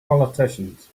politicians